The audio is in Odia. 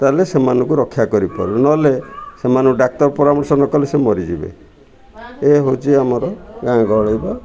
ତାହେଲେ ସେମାନଙ୍କୁ ରକ୍ଷା କରିପାରୁ ନହେଲେ ସେମାନଙ୍କୁ ଡ଼ାକ୍ତର ପରାମର୍ଶ ନ କଲେ ସେ ମରିଯିବେ ଏ ହେଉଛି ଆମର ଗାଁ ଗହଳି ବା